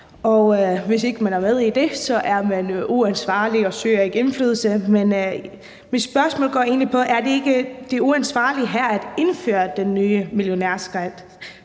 Og hvis ikke man er med i det, er man uansvarlig og søger ikke indflydelse. Men mit spørgsmål går egentlig på, om det uansvarlige her ikke er at indføre den nye millionærskat.